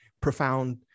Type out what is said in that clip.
profound